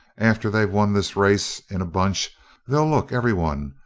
after they've won this race in a bunch they'll look, every one,